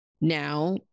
Now